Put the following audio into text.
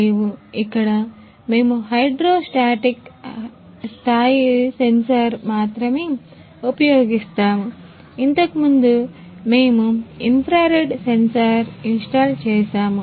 లేవు ఇక్కడ మేము హైడ్రో స్టాటిక్ చేశాము